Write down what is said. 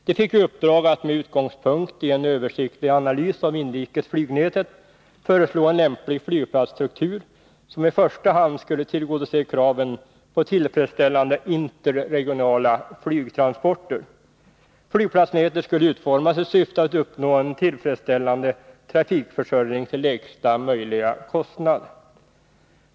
Den fick i uppdrag att med utgångspunkt i en översiktlig analys av inrikesflygnätet föreslå en lämplig flygplatsstruktur, som i första hand skulle tillgodose kraven på tillfredsställande interregionala flygtransporter. Flygplatsnätet skulle utformas i syfte att uppnå en tillfredsställande trafikförsörjning till lägsta möjliga kostnad.